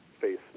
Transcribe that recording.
face